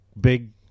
big